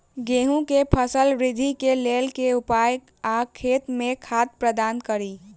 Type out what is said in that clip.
गेंहूँ केँ फसल वृद्धि केँ लेल केँ उपाय आ खेत मे खाद प्रदान कड़ी?